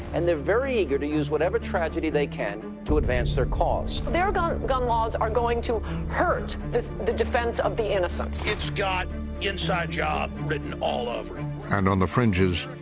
and they're very eager to use whatever tragedy they can to advance their cause. their gun gun laws are going to hurt the, the defense of the innocent. it's got inside job written all over it. narrator and on the fringes,